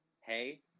Hey